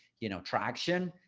you know, traction.